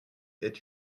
est